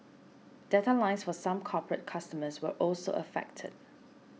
data lines for some corporate customers were also affected